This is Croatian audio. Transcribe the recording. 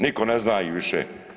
Nitko ne zna ih više.